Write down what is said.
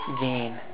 gain